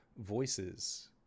Voices